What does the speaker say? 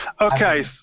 Okay